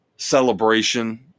celebration